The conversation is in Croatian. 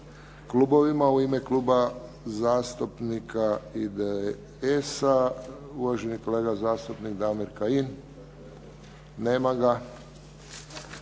klubovima. U ime Kluba zastupnika IDS-a uvaženi kolega zastupnik Damir Kajin. Nema ga.